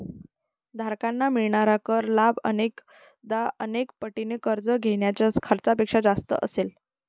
धारकांना मिळणारा कर लाभ अनेकदा अनेक पटीने कर्ज घेण्याच्या खर्चापेक्षा जास्त असेल